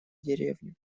деревню